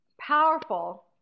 powerful